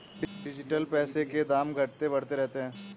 digital पैसों के दाम घटते बढ़ते रहते हैं